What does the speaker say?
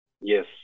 Yes